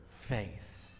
faith